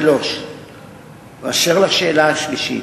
3. באשר לשאלה השלישית,